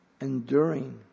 enduring